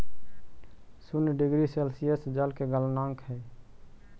शून्य degree Celsius जल के गलनांक हई